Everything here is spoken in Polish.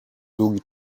długi